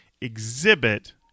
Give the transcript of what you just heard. exhibit